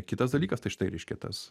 kitas dalykas tai štai reiškia tas